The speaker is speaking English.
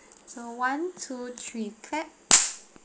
so one two three clap